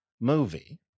movie